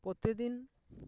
ᱯᱨᱚᱛᱤᱫᱤᱱ